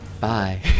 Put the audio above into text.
Bye